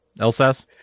Elsass